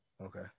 Okay